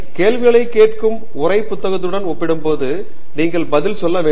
டங்கிராலா கேள்விகளைக் கேட்கும் உரைப் புத்தகத்துடன் ஒப்பிடும்போது நீங்கள் பதில் சொல்ல வேண்டும்